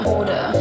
order